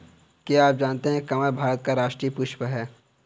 क्या आप जानते है कमल भारत का राष्ट्रीय पुष्प है?